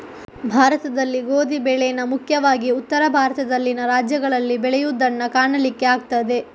ಭಾರತದಲ್ಲಿ ಗೋಧಿ ಬೆಳೇನ ಮುಖ್ಯವಾಗಿ ಉತ್ತರ ಭಾರತದಲ್ಲಿನ ರಾಜ್ಯಗಳಲ್ಲಿ ಬೆಳೆಯುದನ್ನ ಕಾಣಲಿಕ್ಕೆ ಆಗ್ತದೆ